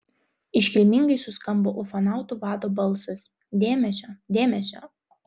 iškilmingai suskambo ufonautų vado balsas dėmesio dėmesio